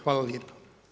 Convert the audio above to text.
Hvala lijepo.